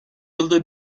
yılda